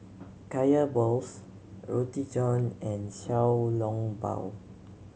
Kaya balls Roti John and Xiao Long Bao